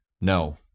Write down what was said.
no